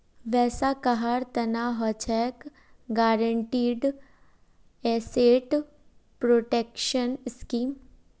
वैसा कहार तना हछेक गारंटीड एसेट प्रोटेक्शन स्कीम